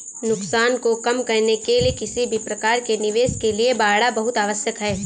नुकसान को कम करने के लिए किसी भी प्रकार के निवेश के लिए बाड़ा बहुत आवश्यक हैं